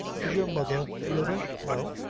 is your mother livin'? no.